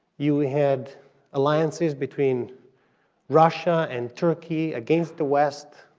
you had alliances between russia and turkey against the west,